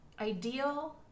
ideal